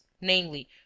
namely